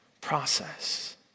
process